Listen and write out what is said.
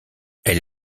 elle